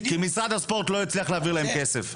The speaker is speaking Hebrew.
כי משרד הספורט לא הצליח להביא להם כסף.